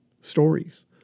stories